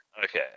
Okay